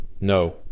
No